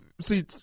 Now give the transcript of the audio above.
see